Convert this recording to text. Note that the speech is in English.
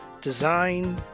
design